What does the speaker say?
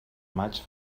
maig